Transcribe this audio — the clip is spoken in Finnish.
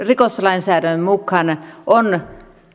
rikoslainsäädännön mukaan on